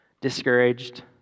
discouraged